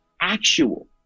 actual